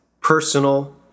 personal